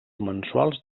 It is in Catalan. mensuals